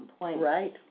Right